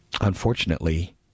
unfortunately